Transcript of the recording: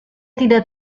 tidak